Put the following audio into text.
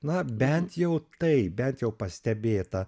na bent jau tai bent jau pastebėta